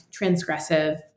transgressive